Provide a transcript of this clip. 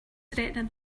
threatening